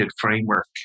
framework